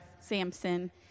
Samson